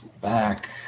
back